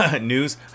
News